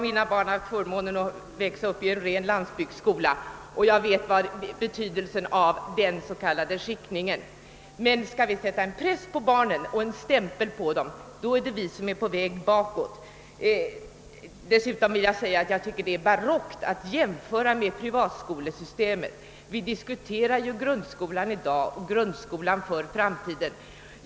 Mina barn har förmånen att växa upp i en ren landsbygdsskola, och jag känner till betydelsen av den s.k. skiktningen, men om vi skall sätta en stämpel på barnen då är vi på väg bakåt. Dessutom tycker jag att det är barockt att jämföra med privatskolesystemet. Vi diskuterar ju grundskolan i dag och grundskolan för framtiden.